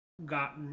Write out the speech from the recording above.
Got